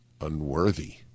unworthy